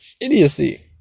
idiocy